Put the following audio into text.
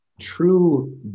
true